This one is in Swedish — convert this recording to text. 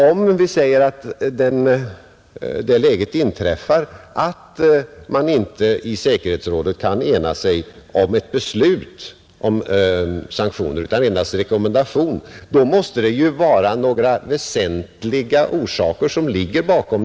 Om det läget inträffar att säkerhetsrådet inte kan ena sig i ett bindande beslut om sanktioner utan endast om en rekommendation, då måste det vara några väsentliga orsaker som ligger bakom.